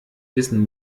wissen